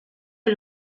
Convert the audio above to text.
que